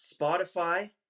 Spotify